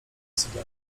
cygara